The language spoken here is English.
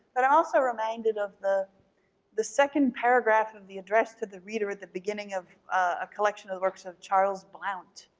but i'm also reminded of the the second paragraph of the address to the reader at the beginning of a collection of the works of charles blount.